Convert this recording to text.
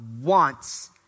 wants